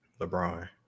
LeBron